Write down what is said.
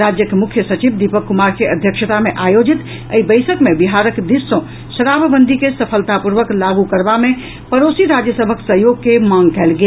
राज्य के मुख्य सचिव दीपक कुमार के अध्यक्षता मे आयोजित एहि बैसक मे बिहारक दिस सँ शराबबंदी के सफलतापूर्वक लागू करबा मे पड़ोसी राज्य सभक सहयोग के मांग कयल गेल